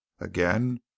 Again